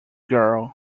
girl